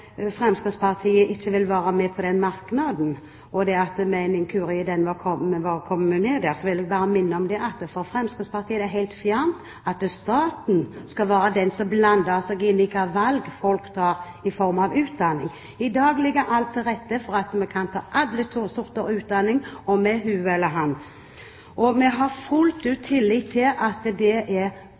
Fremskrittspartiet ikke vil være med på merknaden – som vi ved en inkurie er kommet med på – vil jeg bare minne om at for Fremskrittspartiet er det helt fjernt at staten skal være den som blander seg inn i hvilke valg folk tar når det gjelder utdanning. I dag ligger alt til rette for at vi kan ta all slags utdanning, om vi er hun eller han. Vi har fullt ut tillit til at det valget er